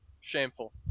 shameful